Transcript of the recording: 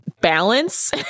balance